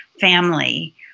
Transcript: family